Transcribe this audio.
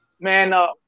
man